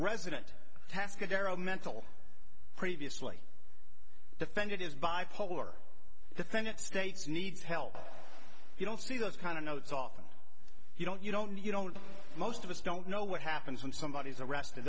resident taska darrow mental previously defended is bipolar the thing that states needs help you don't see those kind of notes often you don't you don't you don't most of us don't know what happens when somebody is arrested